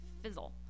fizzle